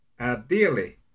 Ideally